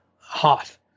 Hoth